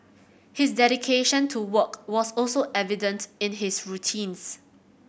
his dedication to work was also evident in his routines